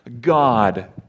God